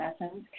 essence